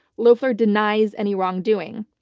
loeffler denies any wrongdoing.